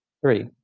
Three